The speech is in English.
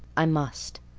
i must.